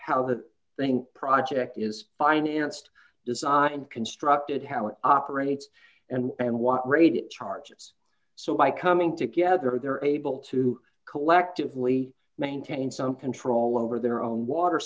how the thing project is financed designed constructed how it operates and what rate it charges so by coming together they're able to collectively maintain some control over their own water